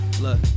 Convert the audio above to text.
Look